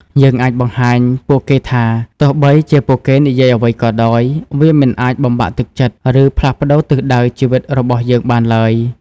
យើងអាចបង្ហាញពួកគេថា ទោះបីជាពួកគេនិយាយអ្វីក៏ដោយ វាមិនអាចបំបាក់ទឹកចិត្ត ឬផ្លាស់ប្តូរទិសដៅជីវិតរបស់យើងបានឡើយ។